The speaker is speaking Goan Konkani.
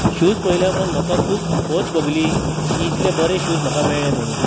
शूज पयल्या उपरांत म्हाका खूब खोस भोगली की इतले बरे शूज म्हाका मेळ्ळे म्हणून